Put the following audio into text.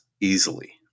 easily